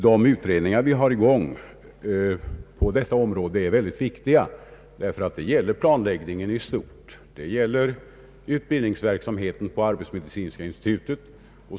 Den utredning som pågår beträffande företagshälsovården är viktig därför att den gäller planläggningen i stort. Den gäller också utbildningsverksamheten vid arbetsmedicinska institutet.